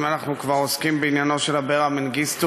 אם אנחנו כבר עוסקים בעניינו של אברה מנגיסטו,